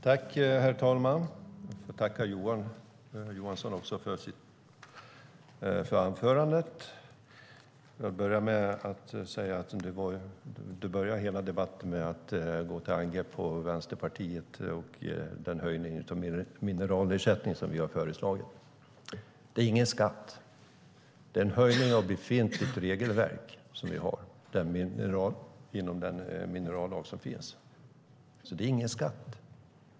Herr talman! Jag tackar Johan Johansson för anförandet trots att han började hela anförandet med att gå till angrepp mot Vänsterpartiet och den höjning av mineralersättningen som vi har föreslagit. Det är ingen skatt, utan det är en höjning av befintligt regelverk som vi har inom den minerallag som finns. Det är alltså ingen skatt.